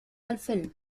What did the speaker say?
الفيلم